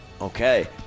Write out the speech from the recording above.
Okay